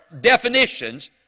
definitions